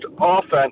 offense